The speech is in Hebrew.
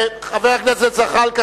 חבר הכנסת זחאלקה,